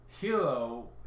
Hero